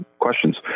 questions